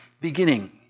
beginning